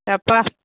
எப்பா